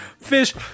Fish